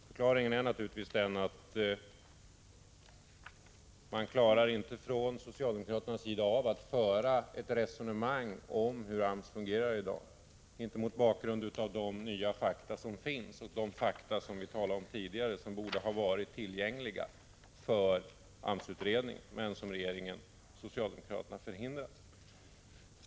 Förklaringen är naturligtvis att man från socialdemokratisk sida inte klarar av att, mot bakgrund av de nya fakta som finns och som borde ha varit tillgängliga för AMS-utredningen men som regeringen och socialdemokraterna undanhöll, föra ett resonemang om hur AMS i dag fungerar.